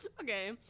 Okay